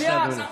אתה בושה.